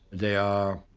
they are